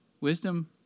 Wisdom